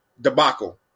debacle